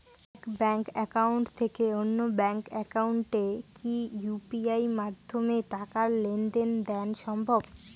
এক bank account থেকে অন্য ব্যাংক একাউন্টে কি ইউ.পি.আই মাধ্যমে টাকার লেনদেন দেন সম্ভব?